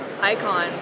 icons